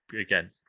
Again